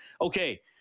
Okay